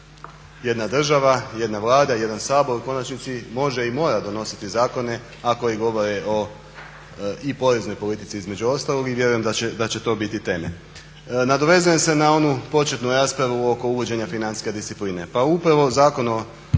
jedna država, jedna Vlada, jedan Sabor u konačnici može i mora donositi zakone a koji govore o i poreznoj politici između ostalog. I vjerujem da će to biti temelj. Nadovezujem se na onu početnu raspravu oko uvođenja financijske discipline. Pa upravo Zakon o